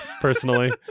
personally